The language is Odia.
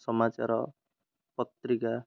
ସମାଚାର ପତ୍ରିକା